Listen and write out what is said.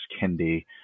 Kendi